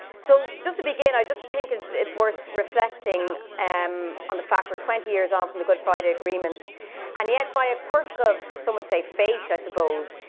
so, just to begin, i just think it's it's worth reflecting um on the fact we're twenty years on from the good friday agreement and yet, by a quirk of some would say fate, i suppose,